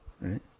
Right